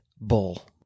Bull